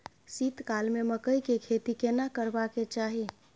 शीत काल में मकई के खेती केना करबा के चाही?